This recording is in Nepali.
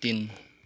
तिन